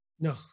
No